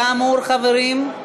כאמור, חברים,